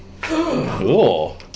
Cool